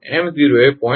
𝑚0 એ 0